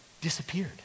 disappeared